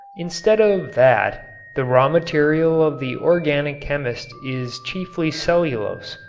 instead of that the raw material of the organic chemist is chiefly cellulose,